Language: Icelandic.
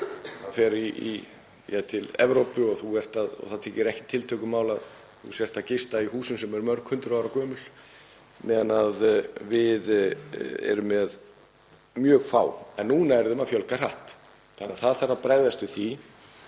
Maður fer til Evrópu og þá þykir ekkert tiltökumál að þú sért að gista í húsum sem eru mörg hundruð ára gömul meðan við erum með mjög fá. En núna er þeim að fjölga hratt þannig að það þarf að bregðast við